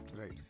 Right